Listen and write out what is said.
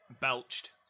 belched